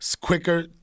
quicker